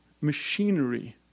machinery